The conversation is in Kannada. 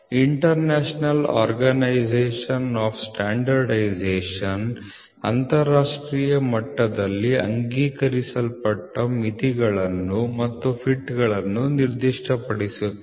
ಇಂಟರ್ನ್ಯಾಷನಲ್ ಆರ್ಗನೈಸೇಶನ್ ಆಫ್ ಸ್ಟ್ಯಾಂಡರ್ಡೈಸೇಶನ್ ಅಂತರರಾಷ್ಟ್ರೀಯ ಮಟ್ಟದಲ್ಲಿ ಅಂಗೀಕರಿಸಲ್ಪಟ್ಟ ಮಿತಿಗಳನ್ನು ಮತ್ತು ಫಿಟ್ಗಳನ್ನು ನಿರ್ದಿಷ್ಟಪಡಿಸುತ್ತದೆ